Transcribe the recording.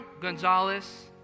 Gonzalez